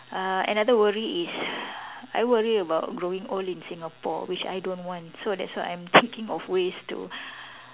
uh another worry is I worry about growing old in Singapore which I don't want so that's why I'm thinking of ways to